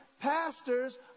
pastors